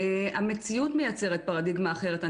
המציאות מייצרת פרדיגמה אחרת.